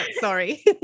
sorry